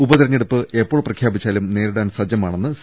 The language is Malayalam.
ഉപതിരഞ്ഞെടുപ്പ് എപ്പോൾ പ്രഖ്യാപിച്ചാലും നേരിടാൻ സജ്ജമാണെന്ന് സി